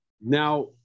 Now